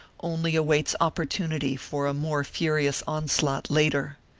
only awaits opportunity for a more furious onslaught later.